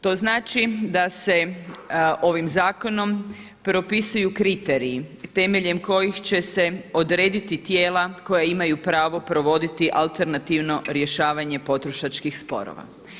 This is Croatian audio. To znači da se ovim zakonom propisuju kriteriji temeljem kojih će se odrediti tijela koja imaju pravo provoditi alternativno rješavanje potrošačkih sporova.